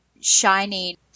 shiny